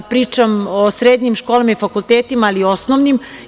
Pričam o srednjim školama i fakultetima, ali i osnovnim.